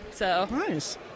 Nice